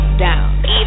down